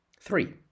Three